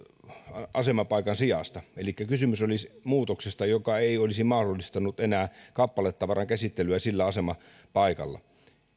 asemapaikan sijasta elikkä kysymys olisi muutoksesta joka ei olisi mahdollistanut enää kappaletavaran käsittelyä sillä asemapaikalla